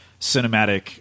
cinematic